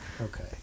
Okay